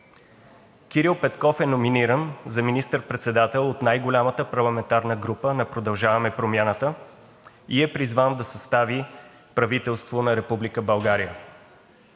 Кирил Петков е номиниран за министър-председател от най-голямата парламентарна група на „Продължаваме Промяната“ и е призван да състави правителство на